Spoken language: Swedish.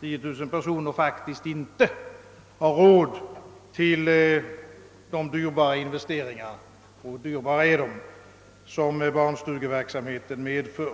10000 personer, faktiskt inte har råd med de dyrbara investeringar — och dyrbara är de — som barnstugeverksamheten medför.